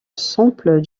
sample